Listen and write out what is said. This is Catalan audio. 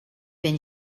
ben